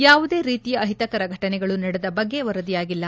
ಯಾವುದೇ ರೀತಿಯ ಅಹಿತಕರ ಫಟನೆಗಳು ನಡೆದ ಬಗ್ಗೆ ವರದಿಯಾಗಿಲ್ಲ